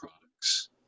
products